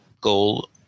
goal